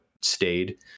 stayed